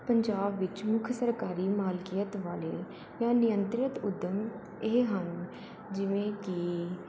ਪੰਜਾਬ ਵਿੱਚ ਮੁੱਖ ਸਰਕਾਰੀ ਮਾਲਕੀਅਤ ਵਾਲੇ ਜਾਂ ਨਿਯੰਤਰਿਤ ਉਦਮ ਇਹ ਹਨ ਜਿਵੇਂ ਕਿ